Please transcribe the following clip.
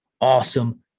awesome